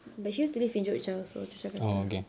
but she used to live in yoyga also yogyakarta